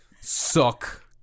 Suck